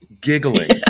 giggling